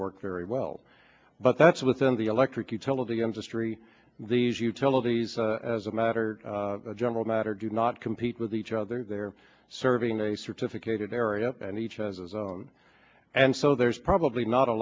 worked very well but that's within the electric utility industry these utilities as a matter of general matter do not compete with each other they're serving a certificated area and each has its own and so there's probably not a